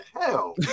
hell